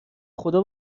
خدا